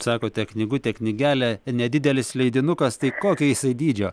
sakote knygutė knygelė nedidelis leidinukas tai kokio jisai dydžio